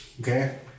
Okay